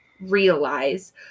realize